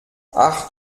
ach